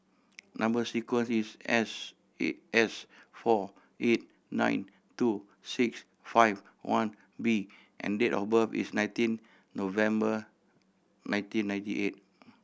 number sequence is S S four eight nine two six five one B and date of birth is nineteen November nineteen ninety eight